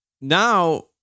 now